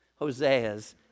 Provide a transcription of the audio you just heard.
Hoseas